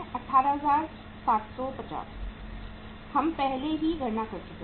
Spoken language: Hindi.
18750 हम पहले ही गणना कर चुके हैं